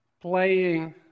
playing